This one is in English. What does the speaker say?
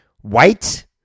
white